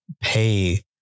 pay